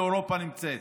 איפה אירופה נמצאת.